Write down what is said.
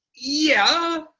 yeah.